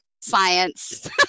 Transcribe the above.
science